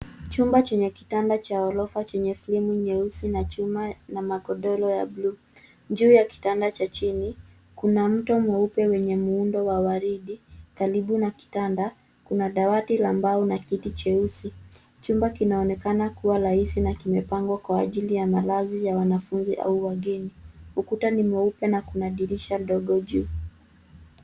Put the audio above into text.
Chumba chenye kitanda cha ghorofa chenye fremu nyeusi na chuma na magodoro ya buluu. Juu ya kitanda cha chini, kuna mto mweupe wenye muundo wa waridi. Karibu na kitanda, kuna dawati la mbao na kiti cheusi. Chumba kinaonekana kuwa rahisi na kimepangwa kwa ajili ya malazi ya wanafunzi au wageni. Ukuta ni mweupe na kuna dirisha ndogo juu.